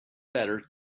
better